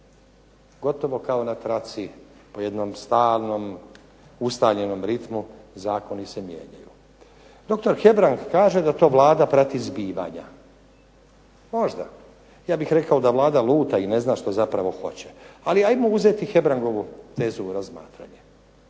gotovo kao na traci u jednom stalnom ustaljenom ritmu zakoni se mijenjaju. Doktor Hebrang kaže da to Vlada prati zbivanja. Možda. Ja bih rekao da Vlada luta i ne zna što zapravo hoće, ali 'ajmo uzeti Hebrangovu tezu u razmatranje,